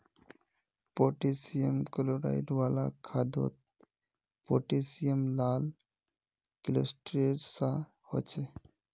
potassium chloride वाला खादोत potassium लाल क्लिस्तेरेर सा होछे